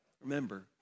Remember